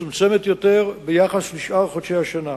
מצומצמת יותר ביחס לשאר חודשי השנה.